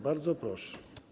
Bardzo proszę.